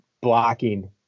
blocking